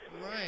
Right